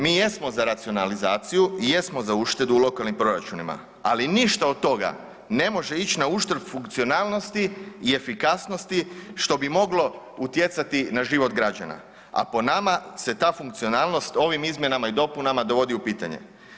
Mi jesmo za racionalizaciju i jesmo za uštedu u lokalnim proračunima, ali ništa od toga ne može ići na uštrb funkcionalnosti i efikasnosti što bi moglo utjecati na život građana, a po nama se ta funkcionalnost ovim izmjenama i dopunama dovodi u pitanje.